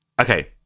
Okay